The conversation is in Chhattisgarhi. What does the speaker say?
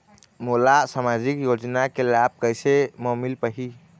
मोला सामाजिक योजना के लाभ कैसे म मिल पाही?